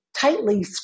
tightly